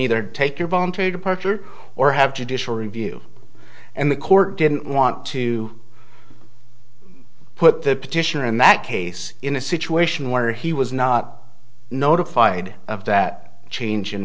either take your voluntary departure or have judicial review and the court didn't want to put the petitioner in that case in a situation where he was not notified of that chang